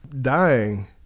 dying